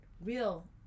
real